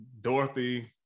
Dorothy